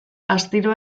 astiro